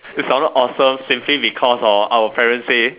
if I'm not awesome simply because hor our parents say